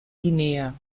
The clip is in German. guinea